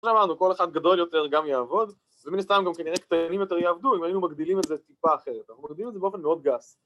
‫אמרנו, כל אחד גדול יותר גם יעבוד, ‫ומן הסתם גם כנראה קטנים יותר יעבדו, ‫הם מגדילים את זה טיפה אחרת. ‫אנחנו מגדילים את זה באופן מאוד גס.